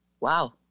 wow